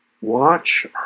Watch